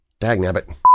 Dagnabbit